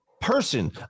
person